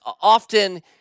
often